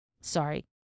sorry